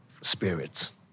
spirits